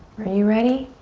are you ready?